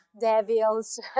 devils